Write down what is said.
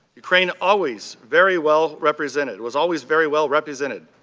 ukraine always very well represented, was always very well represented.